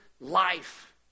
life